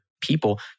people